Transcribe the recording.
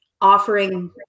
offering